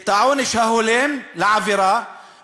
את העונש ההולם לעבירה,